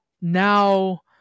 now